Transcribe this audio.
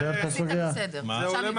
להיות פתרון?